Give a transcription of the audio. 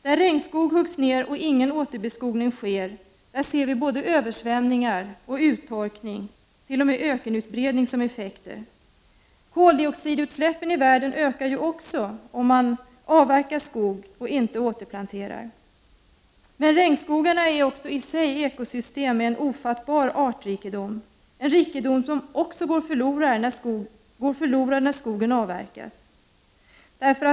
Där regnskog huggs ner och ingen återbeskogning sker ser vi både översvämningar, uttorkning och t.o.m. ökenutbredning som effekter. Koldioxidutsläppen i världen ökar också om man avverkar skog och inte återplanterar. Men regnskogarna är också i sig eko-system med ofattbar artrikedom. Det är en rikedom som går förlorad när skogen avverkas.